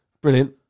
Brilliant